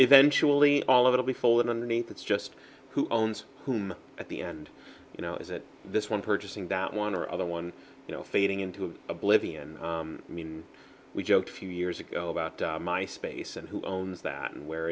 eventually all of it will be full and underneath that's just who owns whom at the end you know is it this one purchasing that one or other one you know fading into oblivion i mean we joke few years ago about my space and who owns that and where